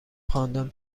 خواندن